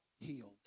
healed